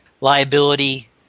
liability